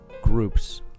groups